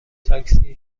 تاکسی